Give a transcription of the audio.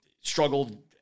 struggled